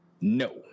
No